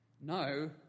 No